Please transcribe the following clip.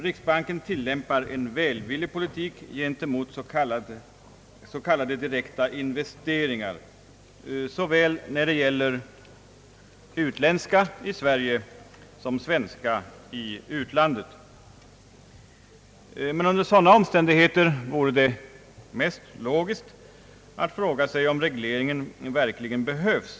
Riksbanken tillämpar en välvillig politik gentemot s.k. direkta investeringar såväl när det gäller utländska i Sverige som svenska i utlandet. Men under sådana omständigheter vore det mest logiskt att fråga sig, om regleringen verkligen behövs.